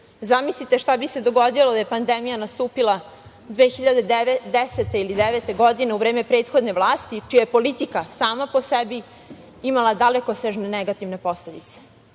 Zamislite šta bi se dogodilo da je pandemija nastupila 2009. ili 2010. godine u vreme prethodne vlasti čija je politika sama po sebi imala dalekosežne negativne posledice.U